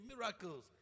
miracles